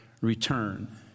return